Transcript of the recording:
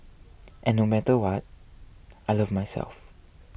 and no matter what I love myself